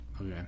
Okay